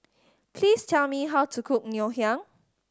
please tell me how to cook Ngoh Hiang